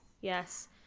yes